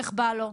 איך שבא לו.